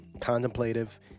contemplative